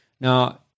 Now